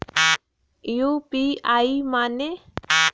UPI माने?